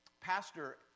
Pastor